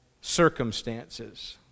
circumstances